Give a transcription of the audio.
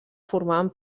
formaven